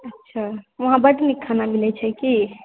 अच्छा वहाँ बड नीक खाना मिलए छै की